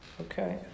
Okay